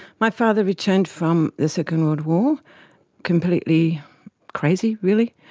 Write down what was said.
my father returned from the second world war completely crazy really.